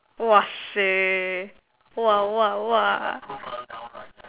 !wahseh! !wah! !wah! !wah!